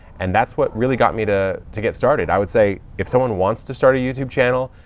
and that's what really got me to to get started. i would say if someone wants to start a youtube channel,